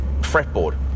fretboard